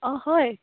অঁ হয়